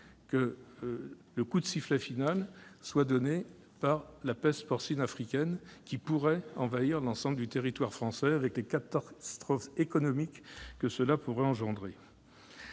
que le coup de sifflet final ne soit donné par la peste porcine africaine, qui pourrait envahir l'ensemble du territoire français, avec les catastrophes économiques que cela pourrait engendrer.